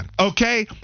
Okay